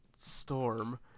storm